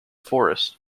forest